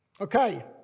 Okay